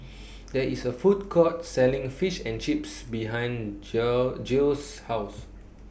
There IS A Food Court Selling Fish and Chips behind Geo Geo's House